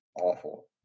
awful